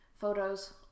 photos